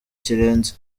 kirenze